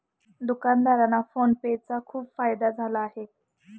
दुकानदारांना PhonePe चा खूप फायदा झाला आहे